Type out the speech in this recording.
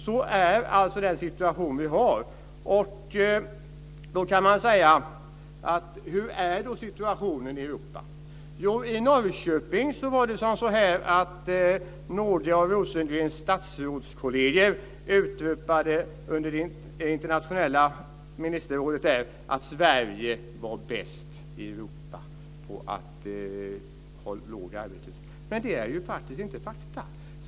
Det är alltså den situation vi har. Hur är då situationen i Europa? Under det internationella ministerrådet i Norrköping utropade några av Rosengrens statsrådskolleger att Sverige var bäst i Europa när det gäller låg arbetslöshet. Men det är inte fakta.